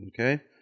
Okay